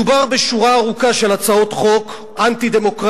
מדובר בשורה ארוכה של הצעות חוק אנטי-דמוקרטיות,